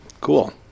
Cool